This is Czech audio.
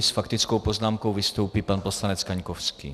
S faktickou poznámkou vystoupí pan poslanec Kaňkovský.